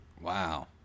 Wow